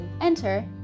Enter